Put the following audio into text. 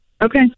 Okay